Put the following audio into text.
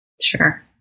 Sure